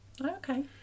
Okay